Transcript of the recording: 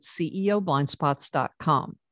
ceoblindspots.com